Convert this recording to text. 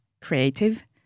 creative